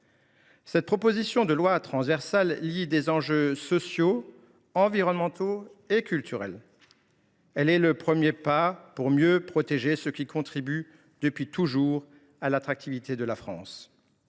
Cette proposition de loi transversale lie des enjeux sociaux, environnementaux et culturels. Elle constitue un premier pas pour mieux protéger ce qui contribue depuis si longtemps à l’attractivité de la France.